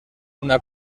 una